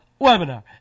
webinar